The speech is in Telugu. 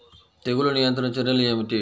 తెగులు నియంత్రణ చర్యలు ఏమిటి?